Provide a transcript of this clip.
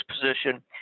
position